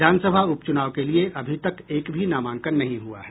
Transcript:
विधानसभा उपचुनाव के लिए अभी तक एक भी नामांकन नहीं हुआ है